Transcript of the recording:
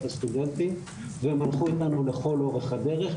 הסטודנטים והם הלכו איתנו לכל אורך הדרך.